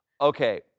Okay